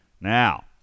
Now